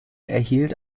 erhielt